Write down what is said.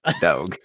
Dog